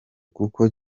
kuko